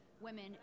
women